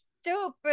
stupid